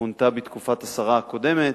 מונתה בתקופת השרה הקודמת,